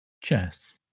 Chess